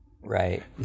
right